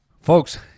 folks